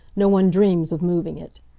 no one dreams of moving it.